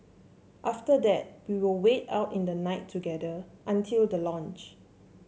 after that we will wait out the night together until the launch